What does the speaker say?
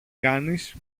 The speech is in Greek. κάνεις